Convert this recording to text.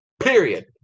period